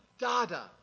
Dada